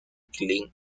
clint